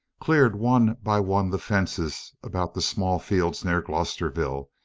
cleared one by one the fences about the small fields near glosterville,